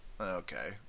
Okay